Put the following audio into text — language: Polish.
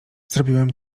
zrobiłem